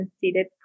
seated